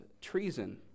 treason